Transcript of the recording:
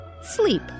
sleep